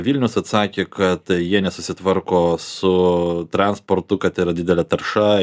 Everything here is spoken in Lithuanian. vilnius atsakė kad jie nesusitvarko su transportu kad yra didelė tarša